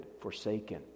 forsaken